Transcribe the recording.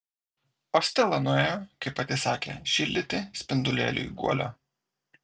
o stela nuėjo kaip pati sakė šildyti spindulėliui guolio